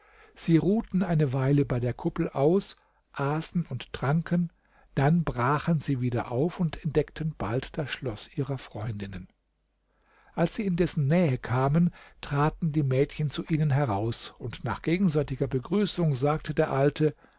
sie ruhten eine weile bei der kuppel aus aßen und tranken dann brachen sie wieder auf und entdeckten bald das schloß ihrer freundinnen als sie in dessen nähe kamen traten die mädchen zu ihnen heraus und nach gegenseitiger begrüßung sagte der alte